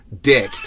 dick